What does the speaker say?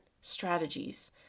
strategies